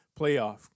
playoff